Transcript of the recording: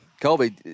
Colby